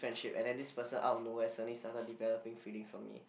friendship and then this person out of nowhere suddenly started developing feelings for me